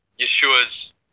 Yeshua's